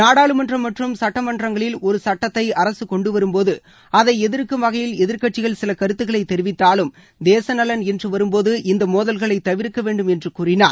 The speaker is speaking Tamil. நாடாளுமன்றம் மற்றும் சுட்டமன்றங்களில் ஒரு சுட்டத்தை அரசு கொண்டுவரும்போது அதை எதிர்க்கும் வகையில் எதிர்க்கட்சிகள் சில கருத்துக்களை தெரிவித்தாலும் தேச நலன் என்று வரும்போது இந்த மோதல்களை தவிர்க்க வேண்டும் என்று கூறினார்